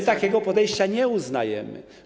My takiego podejścia nie uznajemy.